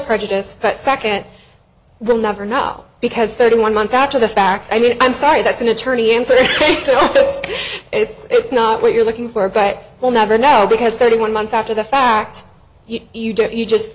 prejudice but second rule never not because thirty one months after the fact i mean i'm sorry that's an attorney and say ok it's it's not what you're looking for but we'll never know because thirty one months after the fact you don't you just